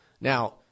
Now